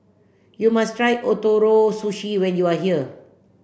you must try Ootoro Sushi when you are here